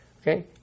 Okay